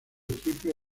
triple